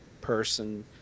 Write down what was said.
person